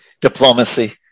diplomacy